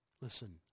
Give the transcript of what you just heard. Listen